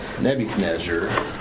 Nebuchadnezzar